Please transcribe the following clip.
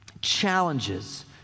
challenges